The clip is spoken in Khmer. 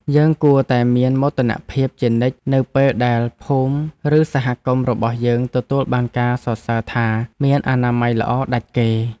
យើងគួរតែមានមោទនភាពជានិច្ចនៅពេលដែលភូមិឬសហគមន៍របស់យើងទទួលបានការសរសើរថាមានអនាម័យល្អដាច់គេ។